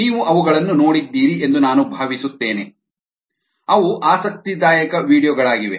ನೀವು ಅವುಗಳನ್ನು ನೋಡಿದ್ದೀರಿ ಎಂದು ನಾನು ಭಾವಿಸುತ್ತೇನೆ ಅವು ಆಸಕ್ತಿದಾಯಕ ವೀಡಿಯೊ ಗಳಾಗಿವೆ